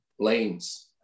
lanes